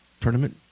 tournament